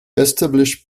established